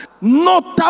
notable